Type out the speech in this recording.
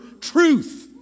truth